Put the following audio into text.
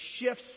shifts